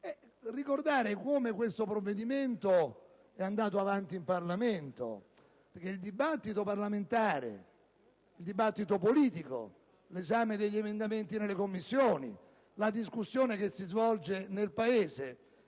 ricordare come questo provvedimento è andato avanti in Parlamento. Il dibattito parlamentare, quello politico, l'esame degli emendamenti nelle Commissioni, la discussione che si svolge nel Paese